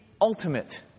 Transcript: ultimate